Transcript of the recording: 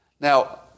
Now